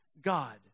God